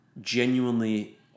genuinely